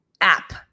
app